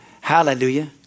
Hallelujah